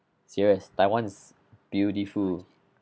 serious taiwan is beautiful